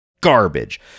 garbage